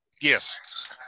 Yes